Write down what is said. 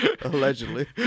Allegedly